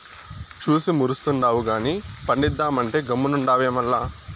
చూసి మురుస్తుండావు గానీ పండిద్దామంటే గమ్మునుండావే మల్ల